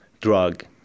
drug